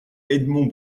edmond